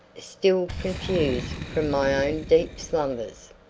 still confused from my own deep slumbers.